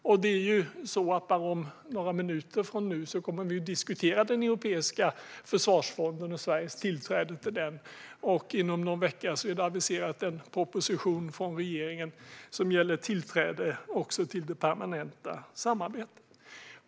Om bara några minuter från nu kommer vi att diskutera den europeiska försvarsfonden och Sveriges tillträde till den, och det aviseras från regeringen en proposition inom någon vecka som gäller tillträde också till det permanenta samarbetet.